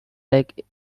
like